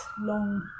long